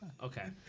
Okay